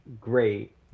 great